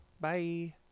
Bye